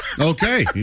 Okay